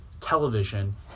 television